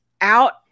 out